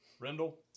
Rendell